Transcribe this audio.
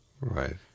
Right